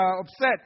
upset